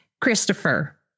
Christopher